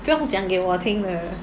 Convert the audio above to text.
不用讲给我听的